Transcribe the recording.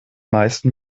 meisten